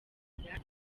imfura